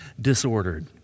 disordered